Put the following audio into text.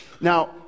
Now